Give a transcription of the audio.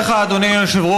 יש בצד הזה שקט.